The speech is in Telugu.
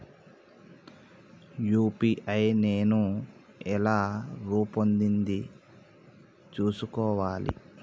యూ.పీ.ఐ నేను ఎలా రూపొందించుకోవాలి?